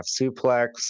suplex